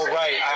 right